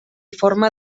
forma